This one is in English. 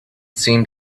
seemed